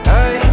Hey